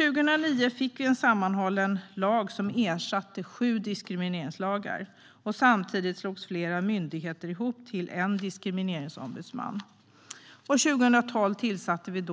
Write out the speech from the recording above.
År 2009 infördes en sammanhållen lag som ersatte sju diskrimineringslagar. Samtidigt slogs flera myndigheter ihop till en diskrimineringsombudsman. År 2012 tillsatte